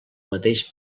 mateix